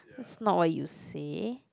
that's not what you say